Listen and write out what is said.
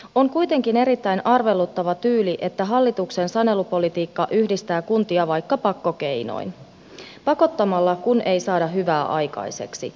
on kuitenkin erittäin arveluttava tyyli että hallituksen sanelupolitiikka yhdistää kuntia vaikka pakkokeinoin pakottamalla kun ei saada hyvää aikaiseksi